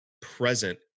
present